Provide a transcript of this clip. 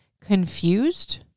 confused